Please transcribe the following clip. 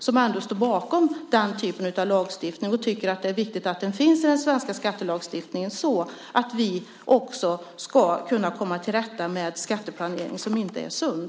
Vi står ju bakom den typen av lagstiftning och tycker att det är viktigt att den finns i den svenska skattelagstiftningen så att vi ska kunna komma till rätta med skatteplanering som inte är sund.